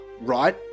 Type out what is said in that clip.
right